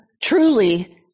truly